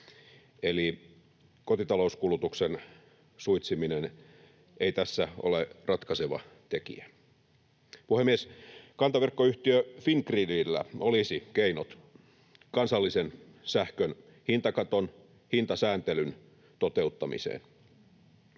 eli kotitalouskulutuksen suitsiminen ei tässä ole ratkaiseva tekijä. Puhemies! Kantaverkkoyhtiö Fingridillä olisi keinot kansallisen sähkön hintakaton, hintasääntelyn, toteuttamiseen.